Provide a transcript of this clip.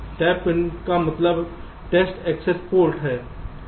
tab का मतलब test access port है